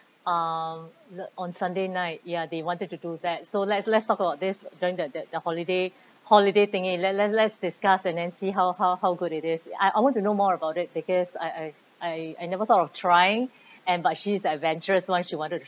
um on sunday night ya they wanted to do that so let's let's talk about this during the the holiday holiday thingy let let let's discuss and and see how how how good it is I want to know more about it because I I I never thought of trying and but she's adventurous [one] she wanted to